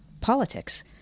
politics